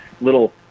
little